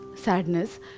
sadness